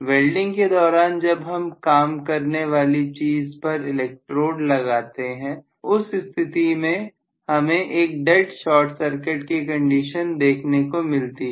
welding के दौरान जब हम काम करने वाली चीज पर इलेक्ट्रोड लगाते हैं उस स्थिति में हमें एक डेड शार्ट सर्किट की कंडीशन देखने को मिलती है